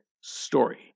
story